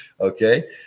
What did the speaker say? Okay